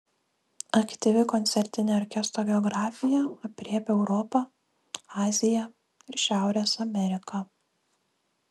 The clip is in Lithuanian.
aktyvi koncertinė orkestro geografija aprėpia europą aziją ir šiaurės ameriką